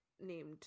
named